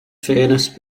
fairness